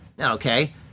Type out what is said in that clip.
okay